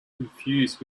confused